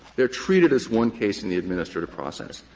they are treated as one case in the administrative process.